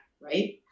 right